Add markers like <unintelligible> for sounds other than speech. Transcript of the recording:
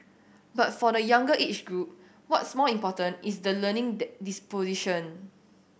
but for the younger age group what's more important is the learning <unintelligible> disposition